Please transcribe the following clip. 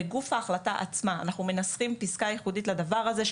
בגוף ההחלטה עצמה אנחנו מסחים פיסקה ייחודית לדבר הזה,